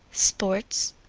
sports.